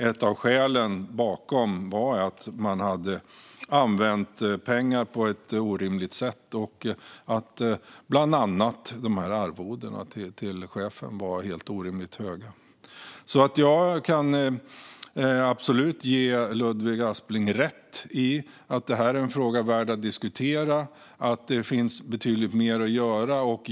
En av orsakerna var att man hade använt pengar på ett orimligt sätt. Bland annat var arvodena till chefen helt orimligt höga. Jag kan absolut ge Ludvig Aspling rätt i att det här är en fråga värd att diskutera och att det finns betydligt mer att göra.